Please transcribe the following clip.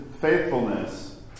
faithfulness